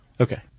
Okay